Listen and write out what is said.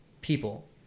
people